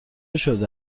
شده